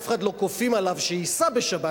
אף אחד לא כופים עליו שייסע בשבת.